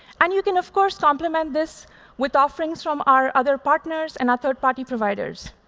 and you can, of course, complement this with offerings from our other partners and our third party providers.